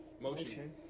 Motion